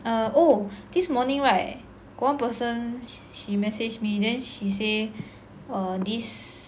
err oh this morning right got one person she message me then she say err this